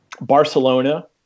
Barcelona